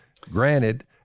Granted